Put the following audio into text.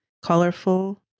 Colorful